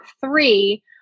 three